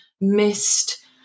missed